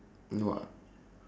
no uh